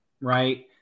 right